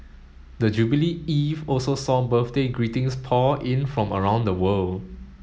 the jubilee eve also saw birthday greetings pour in from around the world